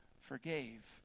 forgave